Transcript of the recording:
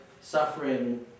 suffering